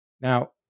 Now